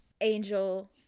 Angel